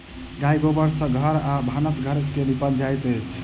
गाय गोबर सँ घर आ भानस घर के निपल जाइत अछि